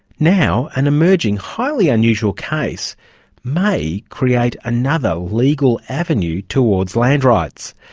now an emerging highly unusual case may create another legal avenue towards land rights.